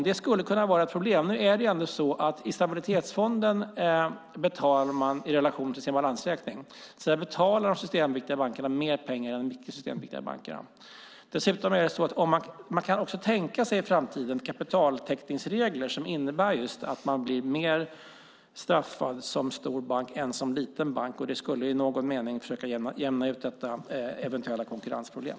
Det skulle kunna vara ett problem. Till stabilitetsfonden betalar man i relation till sin balansräkning. Så här betalar de systemviktiga bankerna mer pengar än de icke-systemviktiga. Vi kan tänka oss i framtiden kapitaltäckningsregler som innebär att man blir mer straffbar som stor bank än som liten bank. Det skulle i någon mening kunna jämna ut eventuella konkurrensproblem.